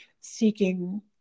seeking